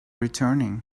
returning